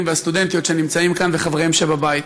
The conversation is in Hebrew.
והסטודנטיות שנמצאים כאן וחבריהם שבבית,